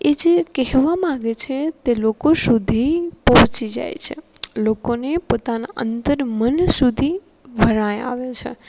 એ જે કહેવા માંગે છે તે લોકો સુધી પહોંચી જાય છે લોકોને પોતાનાં અંતર મન સુધી વણાઈ આવે છે